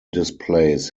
displays